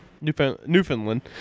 Newfoundland